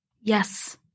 Yes